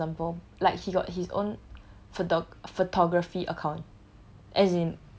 as in okay that was just example like he got his own photo~ photography account